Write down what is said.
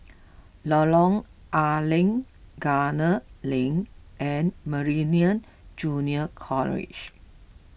Lorong A Leng Gunner Lane and Meridian Junior College